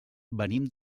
venim